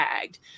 tagged